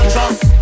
Trust